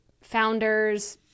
founders